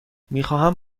میخواستم